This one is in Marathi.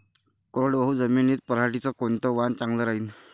कोरडवाहू जमीनीत पऱ्हाटीचं कोनतं वान चांगलं रायीन?